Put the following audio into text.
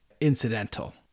incidental